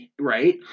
Right